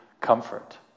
comfort